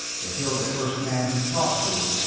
they killed the first man he'd talked to.